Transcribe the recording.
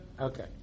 okay